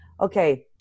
okay